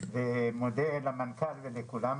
ומודה למנכ"ל ולכולם,